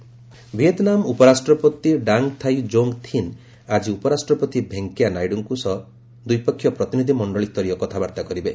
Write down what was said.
Vietnam VP Vietnam ଉପରାଷ୍ଟ୍ରପତି Dang Thai Ngoc Thinh ଆଜି ଉପରାଷ୍ଟ୍ରପତି ଭେଙ୍କୟା ନାଇଡୁଙ୍କ ସହ ଦ୍ୱିପକ୍ଷୀୟ ପ୍ରତିନିଧି ମଣ୍ଡଳସ୍ତରୀୟ କଥାବାର୍ତ୍ତା କରିବେ